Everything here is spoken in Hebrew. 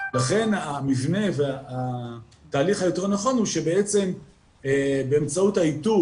לכן המבנה והתהליך היותר נכון הוא שבעצם באמצעות האיתור